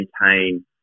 maintain